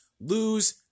lose